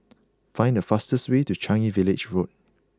find the fastest way to Changi Village Road